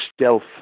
stealth